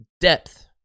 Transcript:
Depth